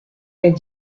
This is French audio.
est